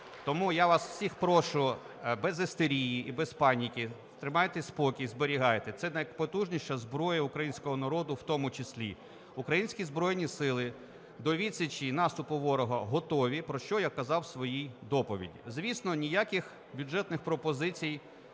Тому я вас всіх прошу без істерії і без паніки, тримайте спокій, зберігайте, – це найпотужніша зброя українського народу в тому числі. Українські Збройні Сили до відсічі і наступу ворога готові, про що я казав у своїй доповіді. Звісно, ніяких бюджетних пропозицій,